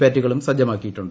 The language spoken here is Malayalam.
പാറ്റുകളും സജ്ജമാക്കീയിട്ടുണ്ട്